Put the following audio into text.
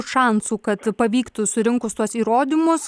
šansų kad pavyktų surinkus tuos įrodymus